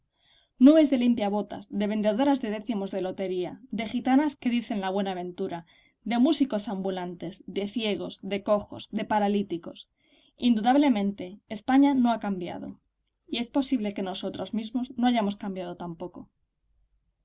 broncas nubes de limpiabotas de vendedoras de décimos de la lotería de gitanas que dicen la buenaventura de músicos ambulantes de ciegos de cojos de paralíticos indudablemente españa no ha cambiado y es posible que nosotros mismos no hayamos cambiado tampoco